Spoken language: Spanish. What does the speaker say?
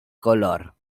color